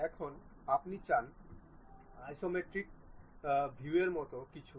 এখন আপনি চান আইসোমেট্রিক ভিউয়ের মতো কিছু